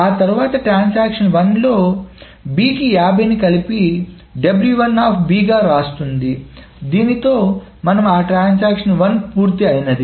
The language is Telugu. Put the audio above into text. ఆ తర్వాత ట్రాన్సాక్షన్ 1 లో B కి 50 ను కలిపి w1 గా వ్రాస్తుంది దీనితో మన ట్రాన్సాక్షన్ 1 పూర్తయింది